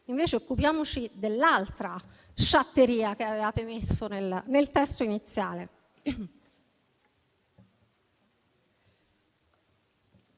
invece occupiamoci dell'altra sciatteria che avevate messo nel testo iniziale.